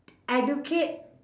educate